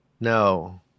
No